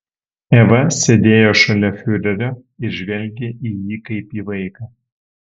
eva sėdėjo šalia fiurerio ir žvelgė į jį kaip į vaiką